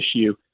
issue